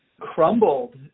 crumbled